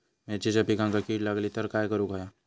मिरचीच्या पिकांक कीड लागली तर काय करुक होया?